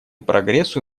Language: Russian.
прогрессу